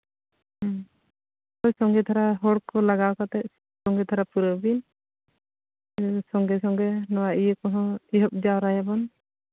ᱦᱮᱸ ᱥᱚᱸᱜᱮ ᱫᱷᱟᱨᱟ ᱦᱚᱲ ᱠᱚ ᱞᱟᱜᱟᱣ ᱠᱟᱛᱮᱫ ᱥᱚᱸᱜᱮ ᱫᱷᱟᱨᱟ ᱯᱩᱨᱟᱹᱣ ᱵᱤᱱ ᱥᱚᱸᱜᱮ ᱥᱚᱸᱜᱮ ᱱᱚᱣᱟ ᱤᱭᱟᱹ ᱠᱚᱦᱚᱸ ᱟᱹᱭᱩᱵ ᱡᱟᱣᱨᱟᱭᱟᱵᱚᱱ